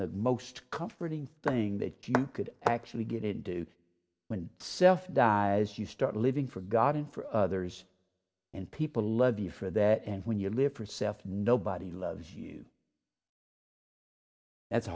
the most comforting thing that you could actually get into when self dies you start living forgotten for others and people love you for that and when you live for self nobody loves you that's a